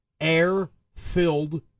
air-filled